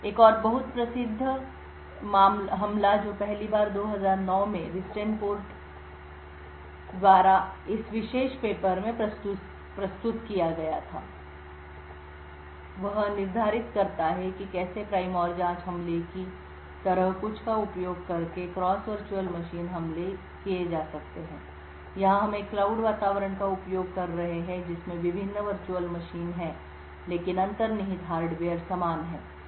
एक और बहुत ही प्रसिद्ध हमला जो पहली बार 2009 में रिस्टेनपार्ट द्वारा इस विशेष पेपर में प्रस्तुत किया गया था यह निर्धारित करता है कि कैसे प्राइम और जांच हमले की तरह कुछ का उपयोग करके क्रॉस वर्चुअल मशीन हमले किए जा सकते हैं यहां हम एक क्लाउड वातावरण का उपयोग कर रहे हैं जिसमें विभिन्न वर्चुअल मशीन हैं लेकिन अंतर्निहित हार्डवेयर समान है